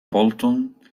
bolton